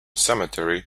cemetery